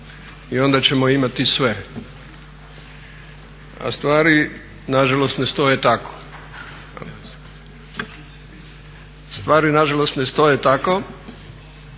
i onda ćemo imati sve. A stvari nažalost ne stoje tako kao što ne stoje ni